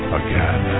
again